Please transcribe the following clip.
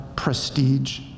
prestige